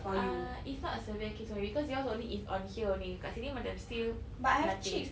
uh it's not a severe case sorry cause yours only is on here only kat sini macam still have nothing